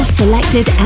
selected